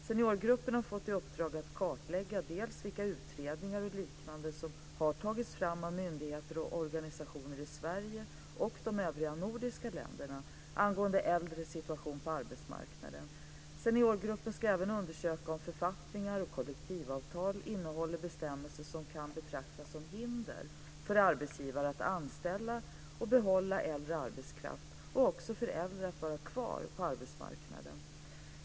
Seniorgruppen har fått i uppdrag att kartlägga vilka utredningar och liknande som har tagits fram av myndigheter och organisationer i Sverige och de övriga nordiska länderna angående äldres situation på arbetsmarknaden. Seniorgruppen ska även undersöka om författningar och kollektivavtal innehåller bestämmelser som kan betraktas som hinder för arbetsgivare att anställa och behålla äldre arbetskraft och också för äldre att vara kvar på arbetsmarknaden.